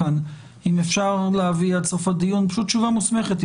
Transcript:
אם אפשר להביא עד סוף הדיון תשובה מסומכת.